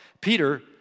Peter